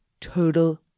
total